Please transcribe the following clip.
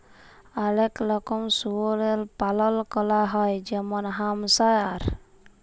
অলেক রকমের শুয়রের পালল ক্যরা হ্যয় যেমল হ্যাম্পশায়ার